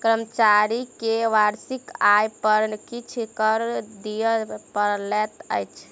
कर्मचारी के वार्षिक आय पर किछ कर दिअ पड़ैत अछि